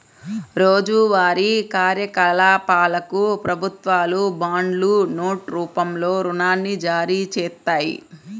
రోజువారీ కార్యకలాపాలకు ప్రభుత్వాలు బాండ్లు, నోట్ రూపంలో రుణాన్ని జారీచేత్తాయి